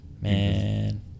Man